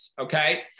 okay